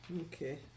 Okay